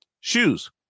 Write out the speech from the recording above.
Shoes